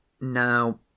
Now